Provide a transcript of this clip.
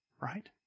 right